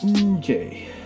Okay